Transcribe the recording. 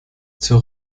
zur